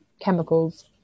chemicals